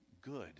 good